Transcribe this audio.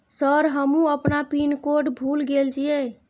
Sir हमू अपना pin code भूल गेल जीये?